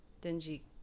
dingy